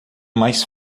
mais